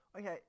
okay